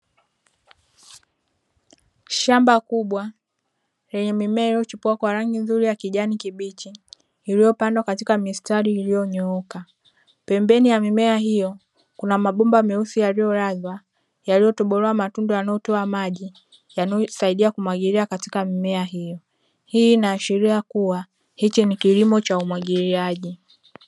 Shamba kubwa lenye mimea iliochipua kwa rangi nzuri ya kijani kibichi iliyopandwa katika mistari iliyonyooka pembeni ya mimea hiyo kuna mabomba meusi aliyolazwa yaliyotobolewa matundu yanayotoa maji yanayosaidia kumwagilia katika mimea hiyo hii inaashiria kuwa hichi ni kilimo cha umwagiliaji.